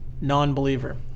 non-believer